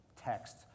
text